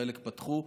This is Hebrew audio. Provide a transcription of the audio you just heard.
חלק פתחו.